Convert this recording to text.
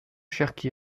cherki